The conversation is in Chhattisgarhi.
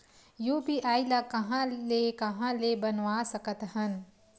यू.पी.आई ल कहां ले कहां ले बनवा सकत हन?